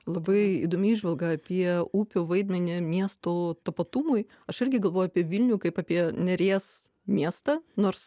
labai įdomi įžvalga apie upių vaidmenį miestų tapatumui aš irgi galvoju apie vilnių kaip apie neries miestą nors